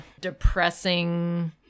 depressing